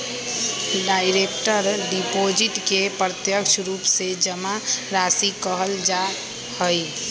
direct deposit के प्रत्यक्ष रूप से जमा राशि कहल जा हई